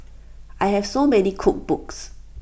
I have so many cookbooks